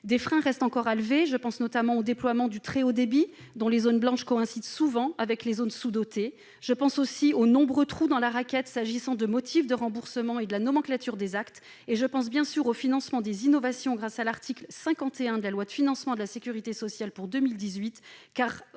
Des freins restent encore à lever. Je pense notamment au déploiement du très haut débit, dont les zones blanches coïncident souvent avec les zones sous-dotées. Je pense aussi aux nombreux trous dans la raquette s'agissant des motifs de remboursement et de la nomenclature des actes. Je pense bien sûr au financement des innovations grâce à l'article 51 de la loi de financement de la sécurité sociale de 2018,